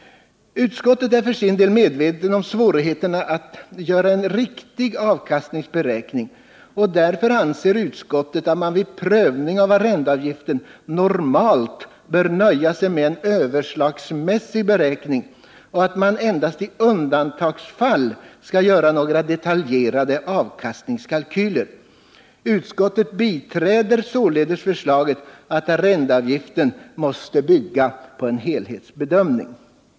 Utskottet är för sin del medvetet om svårigheterna att göra en riktig avkastningsberäkning, och därför anser utskottet att man vid prövning av arrendeavgiften normalt bör nöja sig med en överslagsmässig beräkning och att man endast i undantagsfall skall göra några detaljerade avkastningskalkyler. Utskottet biträder således förslaget att arrendeavgiften måste bygga på en helhetsbedömning.